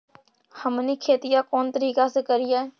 हमनी खेतीया कोन तरीका से करीय?